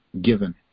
given